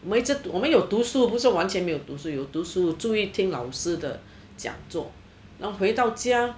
我们一直我们有读书不是完全没有读书有读书注意听老师的讲座那么回到家